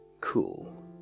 cool